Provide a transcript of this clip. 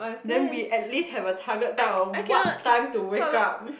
then we at least have a target time on what time to wake up